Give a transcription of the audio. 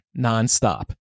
nonstop